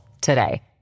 today